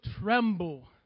tremble